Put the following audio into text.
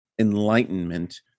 enlightenment